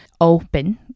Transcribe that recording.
open